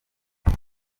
waba